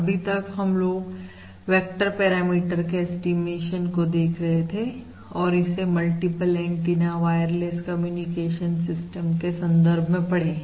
अभी तक हम लोग वेक्टर पैरामीटर के ऐस्टीमेशन को देखा हैं और इसे multiple antenna wireless communication system के संदर्भ में पढ़ें हैं